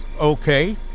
okay